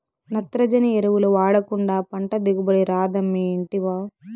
నత్రజని ఎరువులు వాడకుండా పంట దిగుబడి రాదమ్మీ ఇంటివా